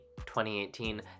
2018